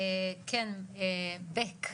מיטל בק.